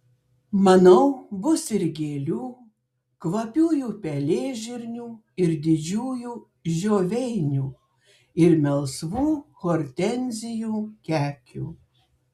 manau bus ir gėlių kvapiųjų pelėžirnių ir didžiųjų žioveinių ir melsvų hortenzijų kekių